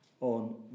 on